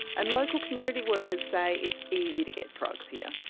and local community workers say it's easy to get drugs here.